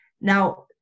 Now